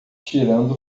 tirando